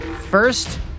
First